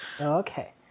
okay